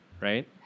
right